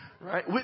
right